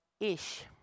ish